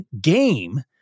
game